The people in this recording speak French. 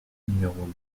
numéro